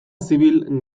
zibil